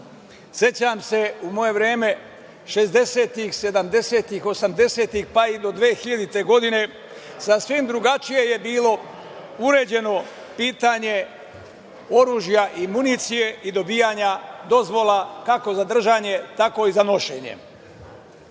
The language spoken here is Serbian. Sećam se, u moje vreme 60-ih, 70-ih, 80-ih, pa i do 2000. godine, sasvim drugačije je bilo uređeno pitanje oružja i municije i dobijanja dozvola kako za držanje, tako i za nošenje. Ono